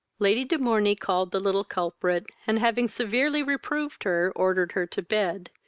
lady de morney called the little culprit, and, having severely reproved her, ordered her to bed,